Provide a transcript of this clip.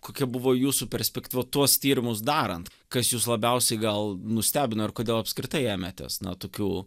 kokia buvo jūsų perspektyva tuos tyrimus darant kas jus labiausiai gal nustebino ir kodėl apskritai ėmėtės na tokių